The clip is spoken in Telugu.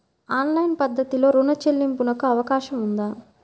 ఆన్లైన్ పద్ధతిలో రుణ చెల్లింపునకు అవకాశం ఉందా?